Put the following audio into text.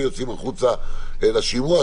ויוצאים החוצה לשימוע,